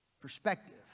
perspective